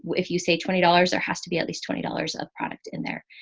if you say twenty dollars, there has to be at least twenty dollars of product in there.